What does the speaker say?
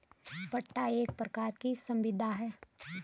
पट्टा एक प्रकार की संविदा है